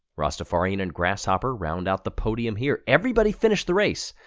rastafarian and grasshopper round out the podium here, everybody finished the race.